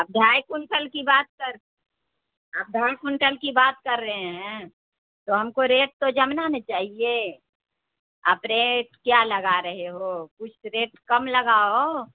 اب ڈھائی کنٹل کی بات کر آپ ڈھائی کنٹل کی بات کر رہے ہیں تو ہم کو ریٹ تو جمنا نا چاہیے آپ ریٹ کیا لگا رہے ہو کچھ ریٹ کم لگاؤ